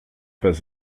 pas